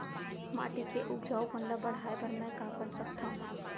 माटी के उपजाऊपन ल बढ़ाय बर मैं का कर सकथव?